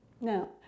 Now